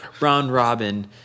round-robin